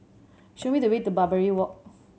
show me the way to Barbary Walk